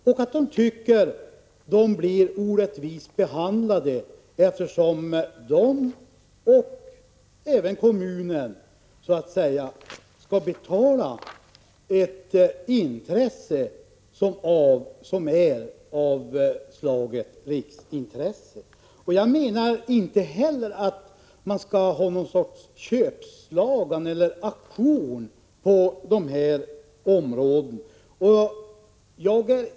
Organisationerna tycker att de blir orättvist behandlade, eftersom de och även kommunerna skall betala för något som är av riksintresse. Jag anser inte heller att det skall vara någon köpslagan eller auktion om dessa områden.